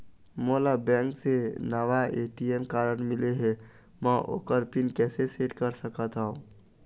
मोला बैंक से नावा ए.टी.एम कारड मिले हे, म ओकर पिन कैसे सेट कर सकत हव?